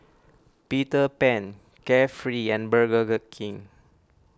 Peter Pan Carefree and Burger King